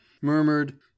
murmured